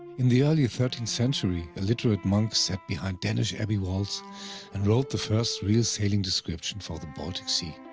in the early thirteenth century a literate monk sat behind danish abbey walls and wrote the first real sailing description for the baltic sea.